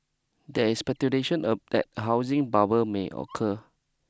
there is speculation of that housing bubble may occur